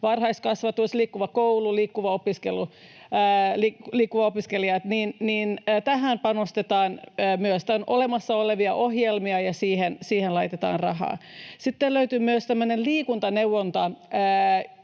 varhaiskasvatus, Liikkuva koulu ja Liikkuva opiskelu, ja näihin panostetaan myös. Nämä ovat olemassa olevia ohjelmia, ja niihin laitetaan rahaa. Sitten löytyy myös tämmöinen liikuntaneuvonta